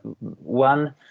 one